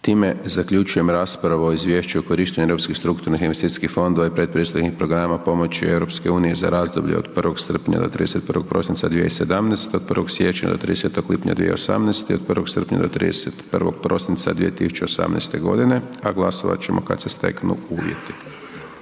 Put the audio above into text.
time zaključujem raspravu o Izvješću o korištenju Europskih strukturnih investicijskih fondova i pretpristupnih programa pomoći Europske unije za razdoblje od 1. srpnja do 31. prosinca 2017. godine, od 1. siječnja do 30. lipnja 2018. i od 1. srpnja do 31. prosinca 2018. godine, a glasovat ćemo kad se steknu uvjeti.